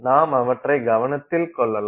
நாம் அவற்றை கவனத்தில் கொள்ளலாம்